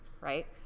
right